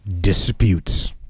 disputes